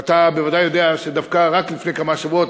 ואתה בוודאי יודע שדווקא רק לפני כמה שבועות